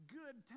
good